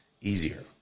easier